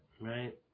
Right